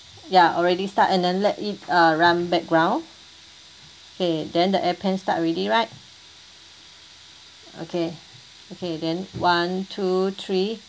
ya already start and then let it uh run background okay then the appen start already right okay okay then one two three